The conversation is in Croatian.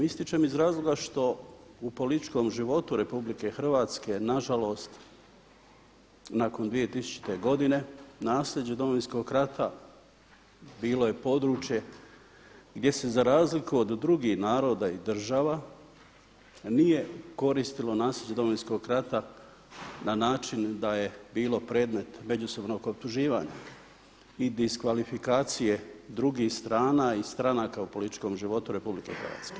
Ističem iz razloga što u političkom životu RH nažalost nakon 2000. godine nasljeđe Domovinskog rata bilo je područje gdje se za razliku od drugih naroda i država nije koristilo nasljeđe Domovinskog rata na način da je bilo predmet međusobnog optuživanja i diskvalifikacije drugih strana i stranaka u političkom životu RH.